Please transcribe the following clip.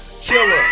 killer